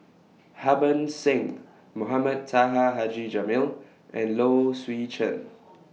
Harbans Singh Mohamed Taha Haji Jamil and Low Swee Chen